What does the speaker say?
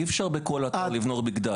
אי אפשר בכל אתר לבנות מגדל.